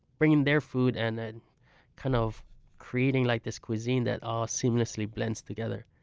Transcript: bringing their food and and kind of creating like this cuisine that ah seamlessly blends together